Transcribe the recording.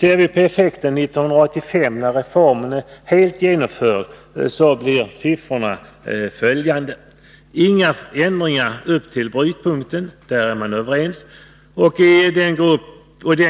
Ser vi på effekten 1985 när reformen är helt genomförd, blir siffrorna följande: Det blir inga ändringar upp till brytpunkten — så långt är man överens — och i denna